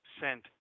sent